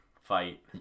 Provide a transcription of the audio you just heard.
fight